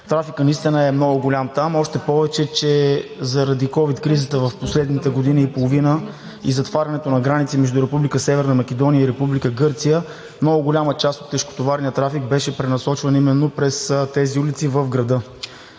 Трафикът наистина е много голям там, още повече че заради ковид кризата в последната година и половина и затварянето на граници между Република Северна Македония и Република Гърция много голяма част от тежкотоварния трафик беше пренасочван именно през тези улици в града.